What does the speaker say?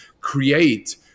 create